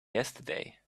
yesterday